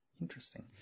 Interesting